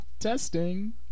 testing